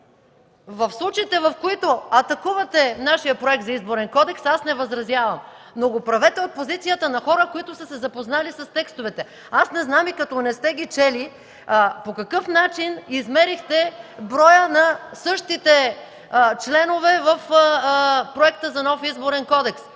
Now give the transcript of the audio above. в случаите, в които атакувате нашия проект за Изборен кодекс, не възразявам, но го правете от позицията на хора, които са се запознали с текстовете. Не знам и като не сте ги чели по какъв начин измерихте броя на същите членове в проекта за нов Изборен кодекс?